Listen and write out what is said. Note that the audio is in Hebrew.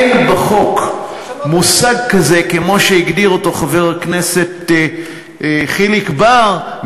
אין בחוק מושג כזה שהגדיר חבר הכנסת חיליק בר,